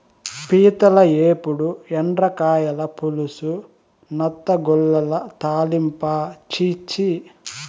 పీతల ఏపుడు, ఎండ్రకాయల పులుసు, నత్తగుల్లల తాలింపా ఛీ ఛీ